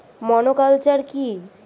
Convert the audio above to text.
Monoculture কি?